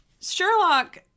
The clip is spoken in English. Sherlock